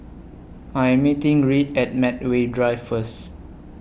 I Am meeting Reed At Medway Drive First